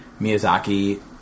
Miyazaki